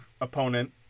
opponent